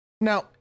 Now